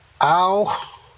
Ow